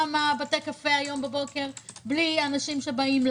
ושוב מבתי הקפה הבוקר בלי אנשים שמגיעים,